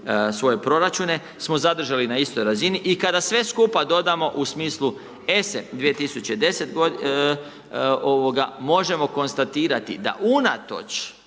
svoje proračune smo zadržali na istoj razini. I kada sve skupa dodamo u smislu ESA-e 2010. možemo konstatirati da unatoč,